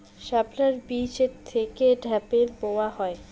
শাপলার বীজ থেকে ঢ্যাপের মোয়া হয়?